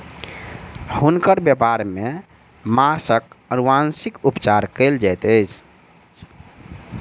हुनकर व्यापार में माँछक अनुवांशिक उपचार कयल जाइत अछि